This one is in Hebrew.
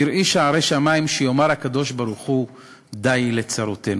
קרעי שערי שמים שיאמר הקדוש-ברוך-הוא די לצרותינו.